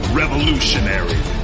revolutionary